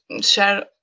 share